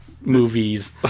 Movies